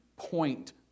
Point